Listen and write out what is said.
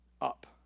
up